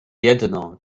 jedno